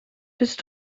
bist